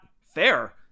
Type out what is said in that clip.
fair